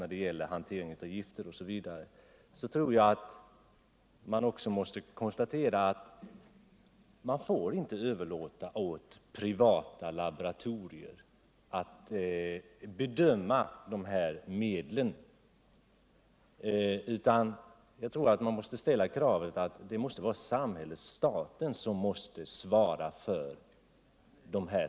När det gäller bekämpningsmedel har produktkontrollnämnden möjlighet att upphäva registreringen av ett bekämpningsmedel om nämnden finner att osäkerhet råder om medlet är lämpligt från hälso eller miljösynpunkt. Enligt vad jag erfarit kommer produktkontrollnämnden att redan vid ett sammanträde i början av juni ta upp det aktuella ärendet till prövning. Jag utgår från att nämnden med anledning av vad som nu inträffat också kommer att överväga hur cen så noggrann kontroll som möjligt skall kunna genomföras innan nya bekämpningsmedel registreras i framtiden. Herr talman! Jag tackar för svaret på min fråga.